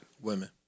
women